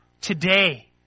today